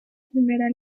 primera